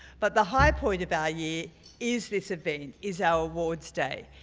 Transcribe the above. but the high point of our year is this event. is our awards day.